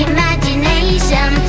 Imagination